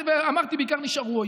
ואמרתי שבעיקר נשארו,